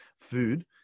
food